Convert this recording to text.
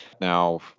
Now